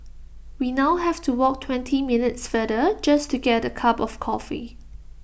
we now have to walk twenty minutes farther just to get A cup of coffee